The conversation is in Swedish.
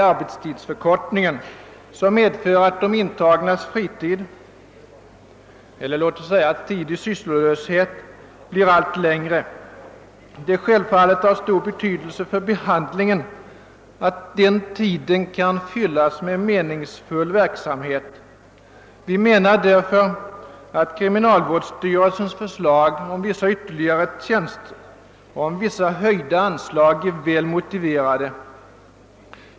Arbetstidsförkortningen medför att de intagnas fritid, eller låt oss säga tid i sysslolöshet, blir allt längre. Det är självfallet av stor betydelse för behandlingen att den tiden kan fyllas med meningsfull verksamhet. Vi anser därför att kriminalvårdsstyrelsens förslag om vissa nya tjänster och vissa anslagshöjningar är väl motiverade.